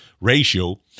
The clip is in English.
ratio